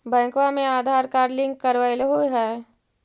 बैंकवा मे Aadhaar card link करवैलहो है?